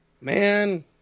Man